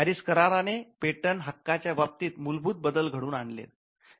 Paris कराराने patent हक्काच्या बाबतीत खूप मूलभूत बदल घडवून आणलेत